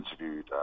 interviewed